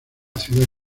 ciudad